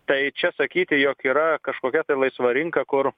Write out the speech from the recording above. tai čia sakyti jog yra kažkokia tai laisva rinka kur